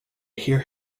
hear